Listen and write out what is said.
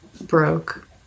broke